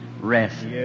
rest